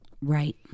Right